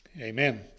Amen